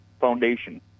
foundation